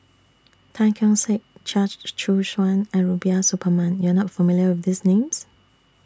Tan Keong Saik Chia Choo Suan and Rubiah Suparman YOU Are not familiar with These Names